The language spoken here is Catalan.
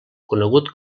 conegut